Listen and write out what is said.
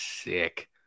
sick